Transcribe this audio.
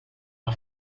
har